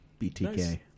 BTK